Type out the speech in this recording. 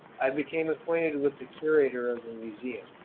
i became acquainted with the curator of the museum,